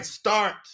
start